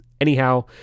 anyhow